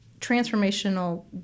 transformational